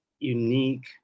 unique